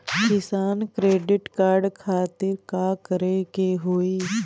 किसान credit card खातिर का करे के होई?